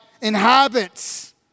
inhabits